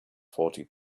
forty